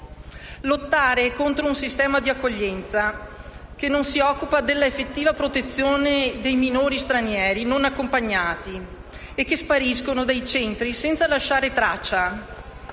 lottare contro un sistema di accoglienza che non si occupa dell'effettiva protezione dei minori stranieri non accompagnati e che spariscono dai centri senza lasciare traccia